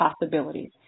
possibilities